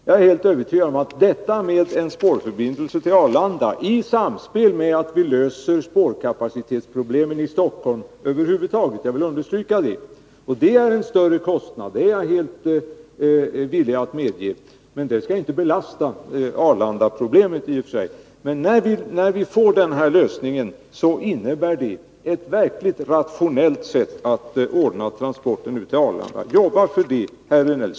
Jag är helt övertygad om att upprättandet av en spårförbindelse med Arlanda, i samspel med en lösning av problemen när det gäller spårkapaci teten i Stockholm över huvud taget — det vill jag understryka, eftersom det ju är en större kostnad; det är jag helt villig att medge — inte skall belasta Arlandaproblemet i och för sig. Men med den här lösningen kan transporterna ut till Arlanda ordnas på ett verkligt rationellt sätt. Jobba för det, herr Rejdnell!